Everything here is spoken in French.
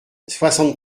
soixante